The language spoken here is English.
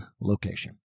location